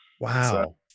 Wow